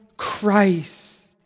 Christ